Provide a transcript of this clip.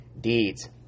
deeds